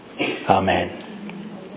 Amen